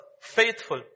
faithful